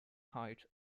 heights